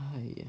!aiya!